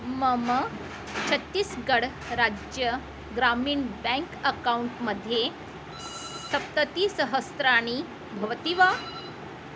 मम छत्तीस्गढ् राज्य ग्रामीन् बेङ्क् अक्कौण्ट् मध्ये सप्ततिसहस्राणि भवन्ति वा